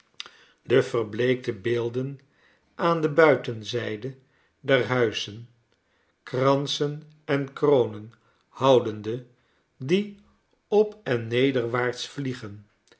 de verbleekte beelden aan de buitenzijde der huizen kransen en kronen houdende die open nederwaarts vliegen